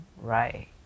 right